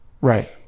right